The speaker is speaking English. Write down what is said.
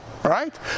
Right